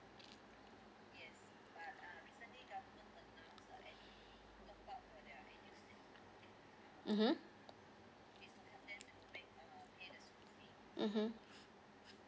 mmhmm mmhmm